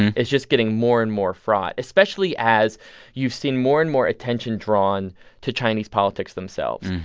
is just getting more and more fraught, especially as you've seen more and more attention drawn to chinese politics themselves.